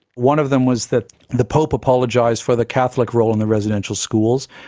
one of them was that the pope apologised for the catholic role in the residential schools.